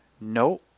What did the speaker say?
no